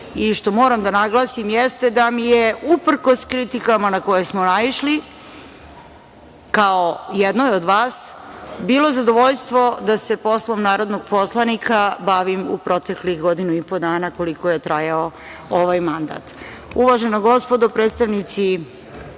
i što moram da naglasim jeste da mi je, uprkos kritikama na koje smo naišli, kao jednoj od vas, bilo zadovoljstvo da se poslom narodnog poslanika bavim u proteklih godinu i po dana, koliko je trajao ovaj mandat. Uvažena gospodo predstavnici